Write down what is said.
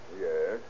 Yes